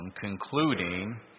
concluding